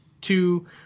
two